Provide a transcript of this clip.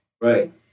Right